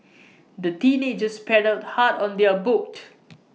the teenagers paddled hard on their boat